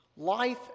Life